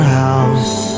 house